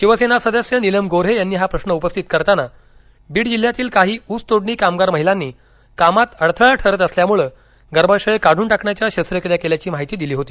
शिवसेना सदस्य निलम गोरे यांनी हा प्रश्रन उपस्थित करताना बीड जिल्ह्यातील काही उस तोडणी कामगार महिलांनी कामात अडथळा ठरत असल्यामुळं गर्भाशयं काढून टाकण्याच्या शस्त्रक्रीया केल्याची माहिती दिली होती